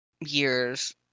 years